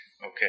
Okay